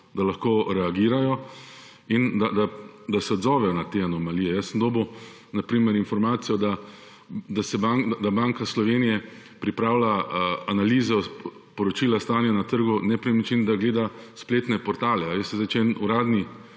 da lahko reagirajo in da se odzovejo na te anomalije. Jaz sem dobil na primer informacijo, da Banka Slovenije, ko pripravlja analizo, poročila stanja na trgu nepremičnin, gleda spletne portale. Veste, če ena uradna